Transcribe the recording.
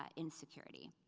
ah insecurity.